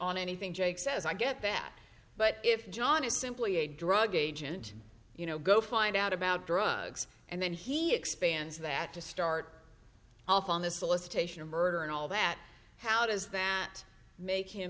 on anything jake says i get that but if john is simply a drug agent you know go find out about drugs and then he expands that to start off on the solicitation of murder and all that how does that make him